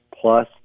plus